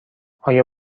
آیا